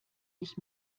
ich